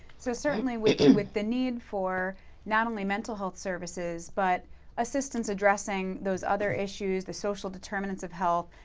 so, certainly, with and with the need for not only mental health services but assistance addressing those other issues, the social determinants of health,